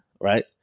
right